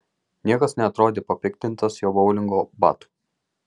niekas neatrodė papiktintas jo boulingo batų